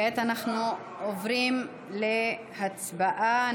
כעת אנחנו עוברים להצבעה.